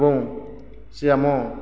ଏବଂ ସେ ଆମ